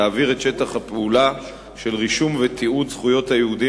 להעביר את שטח הפעולה של רישום ותיעוד של זכויות היהודים